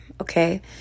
okay